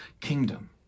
kingdom